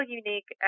unique